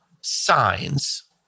signs